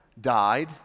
died